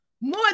more